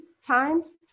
times